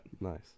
Nice